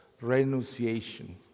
renunciation